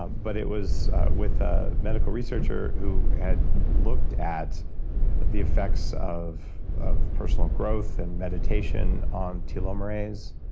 um but it was with a medical researcher who had looked at the effects of of personal growth and meditation on telomerase,